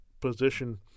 position